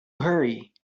hurry